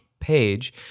page